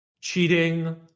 cheating